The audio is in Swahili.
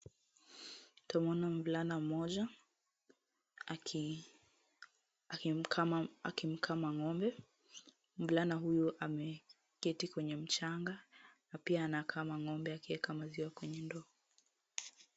Twamwona mvulana mmoja akimkama ng'ombe, mvulana huyu ameketi kwenye mchanga na pia anakama ng'ombe akiweka maziwa kwenye ndoo.